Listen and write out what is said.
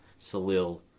Salil